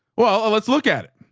well, let's look at it.